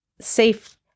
safe